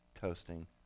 toasting